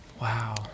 wow